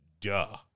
Duh